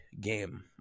game